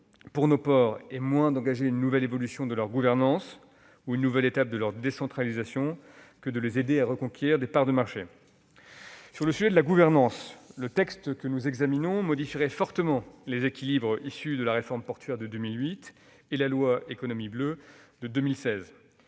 pour nos ports est moins d'engager une nouvelle évolution de leur gouvernance ou une nouvelle étape de leur décentralisation, que de les aider à reconquérir des parts de marché. Sur le sujet de leur gouvernance, le texte que nous examinons modifierait fortement les équilibres issus de la réforme portuaire de 2008 et de la loi pour l'économie bleue de 2016.